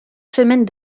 semaine